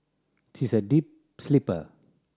she is a deep sleeper